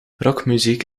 rockmuziek